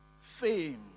Fame